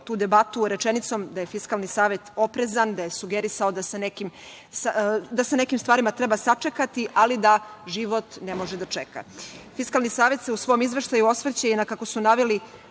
tu debatu rečenicom da je Fiskalni savet oprezan, da je sugerisao da sa nekim stvarima treba sačekati, ali da život ne može da čeka. Fiskalni savet se u svom izveštaju osvrće i na, kako su naveli,